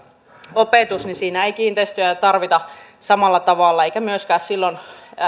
opetuksessa ei kiinteistöjä tarvita samalla tavalla eikä myöskään silloin